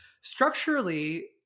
Structurally